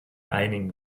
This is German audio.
einigen